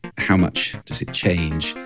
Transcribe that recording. how much does it change?